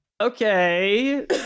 Okay